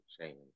change